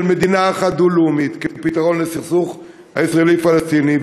מדינה אחת דו-לאומית כפתרון לסכסוך הישראלי פלסטיני.